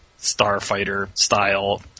starfighter-style